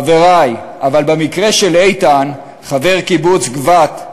חברי, במקרה של איתן, חבר קיבוץ גבת,